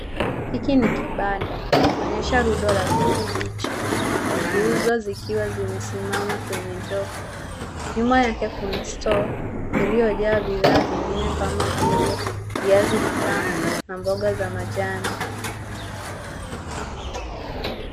Hiki ni kibanda kikionyesha rundo ya ndizi mbichi ,zikiuzwa zikiwa zimesimama kwenye ndoo. Nyuma yake kuna store iliyojaa bidhaa zingine kama vile viazi vitamu na mboga za majani.